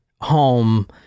home